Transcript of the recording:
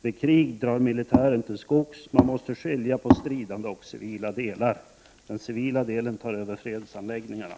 Vid krig drar militären till skogs — man måste skilja på stridande och civila delar. Den civila delen tar över fredsanläggningarna.